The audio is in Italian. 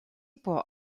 può